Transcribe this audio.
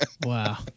Wow